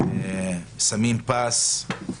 שמים פס,